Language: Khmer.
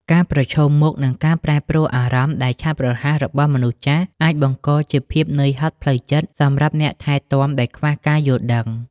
ការប្រឈមមុខនឹងការប្រែប្រួលអារម្មណ៍ដែលឆាប់រហ័សរបស់មនុស្សចាស់ អាចបង្កជាភាពនឿយហត់ផ្លូវចិត្តសម្រាប់អ្នកថែទាំដែលខ្វះការយល់ដឹង។